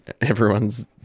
everyone's